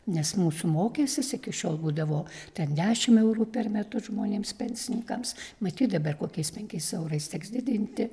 nes mūsų mokestis iki šiol būdavo ten dešim eurų per metus žmonėms pensininkams matyt dabar kokiais penkiais eurais teks didinti